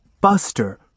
Buster